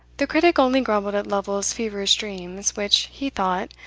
the critic only grumbled at lovel's feverish dreams, which, he thought,